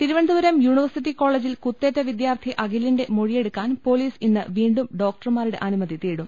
Thiruvananthapuram university കോളജിൽ കുത്തേറ്റ വിദ്യാർത്ഥി അഖിലിന്റെ മൊഴിയ്ടെടുക്കാൻ പൊലീസ് ഇന്ന് വീണ്ടും ഡോക്ടർമാരുടെ അനുമതി തേടും